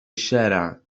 الشارع